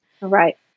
Right